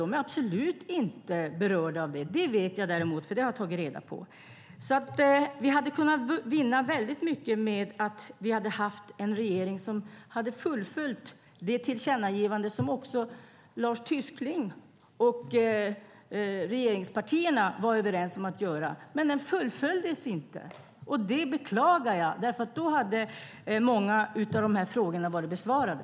De är absolut inte berörda av det. Det vet jag däremot, för det har jag tagit reda på. Vi hade alltså kunnat vinna väldigt mycket med en regering som hade fullföljt det tillkännagivande som också Lars Tysklind och regeringspartierna var överens om att göra. Men det fullföljdes inte, och det beklagar jag, för om det hade fullföljts hade många av de här frågorna varit besvarade.